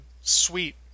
sweet